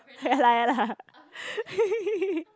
ya lah ya lah